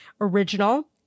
original